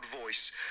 voice